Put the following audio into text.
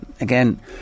again